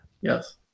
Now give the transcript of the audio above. Yes